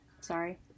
Sorry